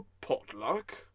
potluck